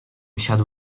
siadł